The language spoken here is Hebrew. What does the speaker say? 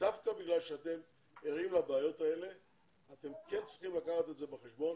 ודווקא בגלל שאתם ערים לבעיות האלה אתם כן צריכים לקחת את זה בחשבון